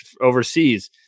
overseas